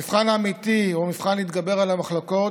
המבחן האמיתי הוא המבחן להתגבר על המחלוקות,